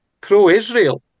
pro-Israel